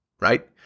right